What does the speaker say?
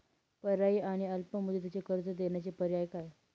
पर्यायी आणि अल्प मुदतीचे कर्ज देण्याचे पर्याय काय?